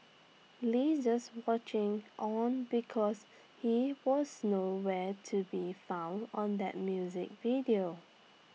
lee just watching on because he was no where to be found on that music video